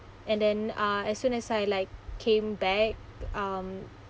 and then uh as soon as I like came back um